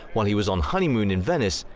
while he was on honeymoon in venice,